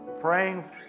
praying